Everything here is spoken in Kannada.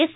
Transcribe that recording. ಎಸ್